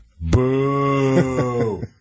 Boo